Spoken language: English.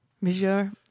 Monsieur